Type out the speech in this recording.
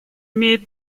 имеет